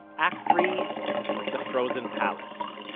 act three the frozen palace